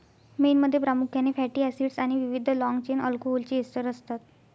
मेणमध्ये प्रामुख्याने fatty acids आणि विविध लाँग चेन अल्कोहोलचे एस्टर असतात